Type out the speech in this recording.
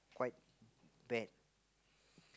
quite bad